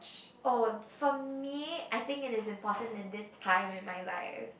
oh for me I think it is in portion in this kind in my life